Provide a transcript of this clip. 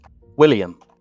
William